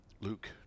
Luke